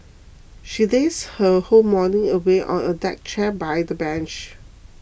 she lazed her whole morning away on a deck chair by the beach